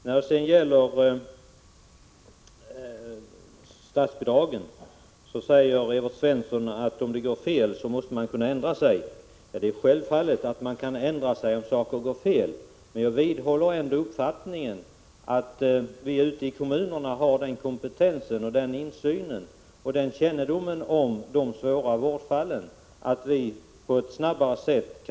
När det gäller statsbidragen säger Evert Svensson att om det går fel måste man kunna ändra sig. Det är självklart att man kan ändra sig om det går snett. Jag vidhåller ändå uppfattningen att vi ute i kommunerna har en sådan kompetens, insyn och kännedom om de svåra fallen att vi på ett snabbare sätt — Prot.